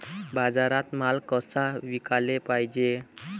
बाजारात माल कसा विकाले पायजे?